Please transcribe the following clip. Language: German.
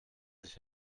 sich